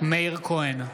מאיר כהן,